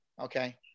okay